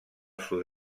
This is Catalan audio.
sud